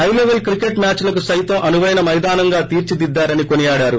high లెపెల్ cricket match లకు సైతం అనుపైన మైదానంగా తీర్పిదిద్దారని కొనియాడారు